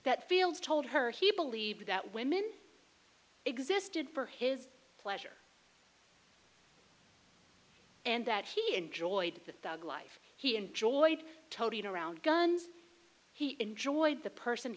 that fields told her he believed that women existed for his pleasure and that he enjoyed the thug life he enjoyed toting around guns he enjoyed the person